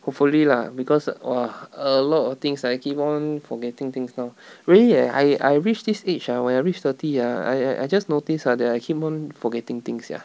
hopefully lah because !wah! a lot of things I keep on forgetting things now really eh I I reach this age ah when I reach thirty ah I I I just notice ah that I keep on forgetting thing sia